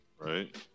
right